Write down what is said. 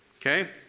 okay